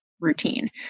Routine